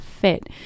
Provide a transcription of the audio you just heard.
fit